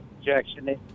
Injection